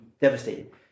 devastated